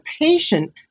patient